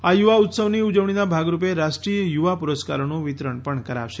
આ યુવા ઉત્સવની ઉજવણીના ભાગરૂપે રાષ્ટ્રીય યુવા પુરસ્કારોનું વિતરણ કરાશે